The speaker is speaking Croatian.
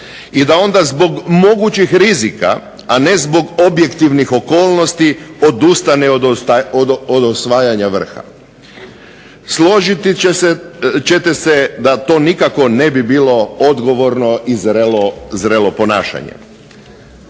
i da onda zbog mogućih rizika, a ne zbog objektivnih okolnosti odustane od osvajanja vrha. Složiti ćete se da to nikako ne bi bilo odgovorno i zrelo ponašanje.